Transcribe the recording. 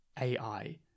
AI